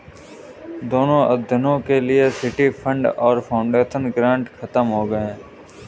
दोनों अध्ययनों के लिए सिटी फंड और फाउंडेशन ग्रांट खत्म हो गए हैं